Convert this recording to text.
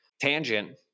Tangent